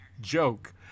joke